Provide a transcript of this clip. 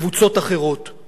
לכן אני אומר, אני